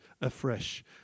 afresh